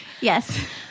Yes